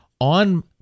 on